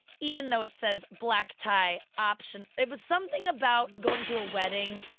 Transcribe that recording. even though it says black tie, um so and it was something about going to a wedding,